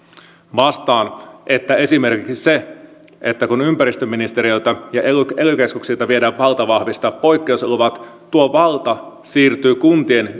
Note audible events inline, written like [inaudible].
vastaan että esimerkiksi se että kun ympäristöministeriöltä ja ely keskuksilta viedään valta vahvistaa poikkeusluvat tuo valta siirtyy kuntien [unintelligible]